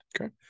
Okay